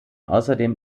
außerdem